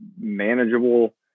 manageable